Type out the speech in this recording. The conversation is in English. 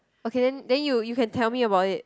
okay then then you you can tell me about it